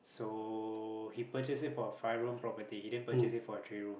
so he purchased it for a five room property he didn't purchase it for a three room